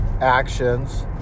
actions